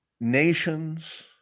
Nations